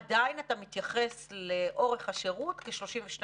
עדיין אתה מתייחס לאורך השירות כ-32 חודש.